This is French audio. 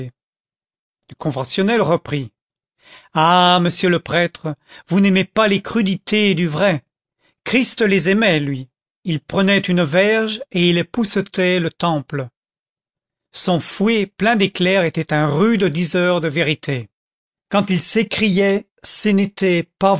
le conventionnel reprit ah monsieur le prêtre vous n'aimez pas les crudités du vrai christ les aimait lui il prenait une verge et il époussetait le temple son fouet plein d'éclairs était un rude diseur de vérités quand il s'écriait sinite